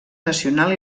nacional